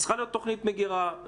צריכה להיות תוכנית מגירה.